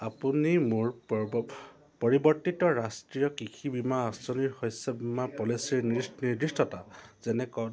আপুনি মোৰ পৰিৱৰ্তিত ৰাষ্ট্ৰীয় কৃষি বীমা আঁচনি শস্য বীমা পলিচীৰ নিৰ্দিষ্টতা যেনে